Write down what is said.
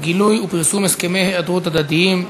גילוי ופרסום הסכמי היעדרות הדדיים),